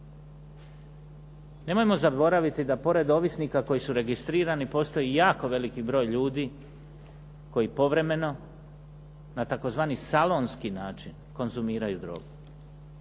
Nemojmo zaboraviti da pored ovisnika koji su registrirani postoji i jako veliki broj ljudi koji povremeno na tzv. salonski način konzumiraju drogu.